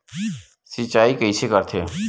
सिंचाई कइसे करथे?